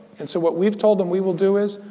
and so what we've told them we will do is,